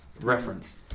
reference